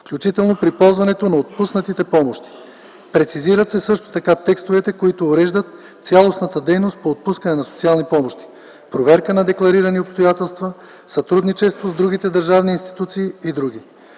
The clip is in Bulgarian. включително при ползването на отпуснатите помощи. Прецизират се също така текстовете, които уреждат цялостната дейност по отпускане на социални помощи – проверка на декларирани обстоятелства, сътрудничество с другите държавни институции и други.